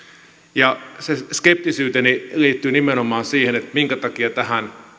se se skeptisyyteni liittyy nimenomaan siihen minkä takia tähän